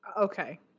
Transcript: Okay